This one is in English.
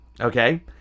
Okay